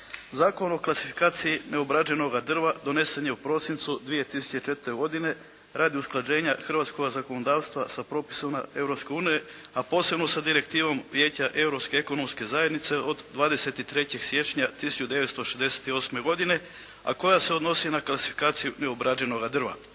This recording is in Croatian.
Zakon o klasifikaciji neobrađenoga drva donesen je u prosincu 2004. godine radi usklađenja hrvatskoga zakonodavstva sa propisima Europske unije a posebno sa Direktivom Vijeća Europske ekonomske zajednice od 23. siječnja 1968. godine a koja se odnosi na klasifikaciju neobrađenoga drva.